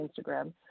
Instagram